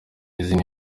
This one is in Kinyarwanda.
izindi